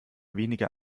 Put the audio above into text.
weniger